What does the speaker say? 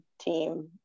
team